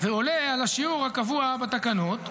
ועולה על השיעור הקבוע בתקנות,